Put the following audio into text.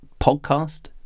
podcast